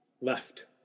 left